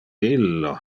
illo